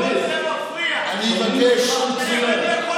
ואני מבקש ממך,